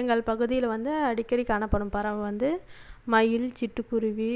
எங்கள் பகுதியில் வந்து அடிக்கடி காணப்படும் பறவை வந்து மயில் சிட்டுக்குருவி